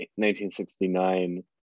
1969